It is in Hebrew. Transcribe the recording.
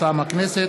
מטעם הכנסת: